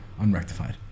unrectified